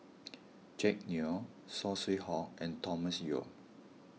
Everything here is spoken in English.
Jack Neo Saw Swee Hock and Thomas Yeo